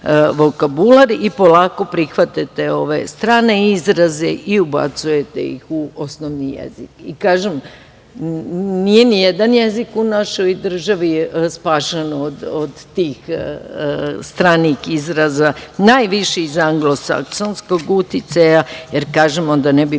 vokabular i polako prihvatate strane izraze i ubacujete ih u osnovni jezik. Kažem, nije ni jedan jezik u našoj državi spašen od tih stranih izraza, najviše iz anglosaksonskog uticaja, jer onda ne bi